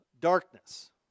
Darkness